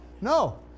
No